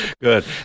Good